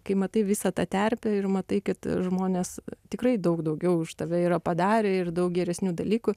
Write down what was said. kai matai visą tą terpę ir matai kad žmonės tikrai daug daugiau už tave yra padarę ir daug geresnių dalykų